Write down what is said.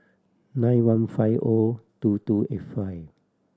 nine one five O two two eight five